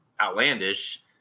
outlandish